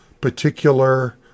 particular